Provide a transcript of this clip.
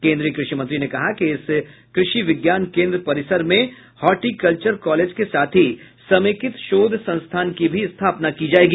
केन्द्रीय कृषि मंत्री ने कहा कि इस कृषि विज्ञान केन्द्र परिसर में हार्टी कल्चर कॉलेज के साथ ही समेकित शोध संस्थान की भी स्थापना की जायेगी